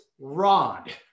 rod